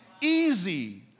easy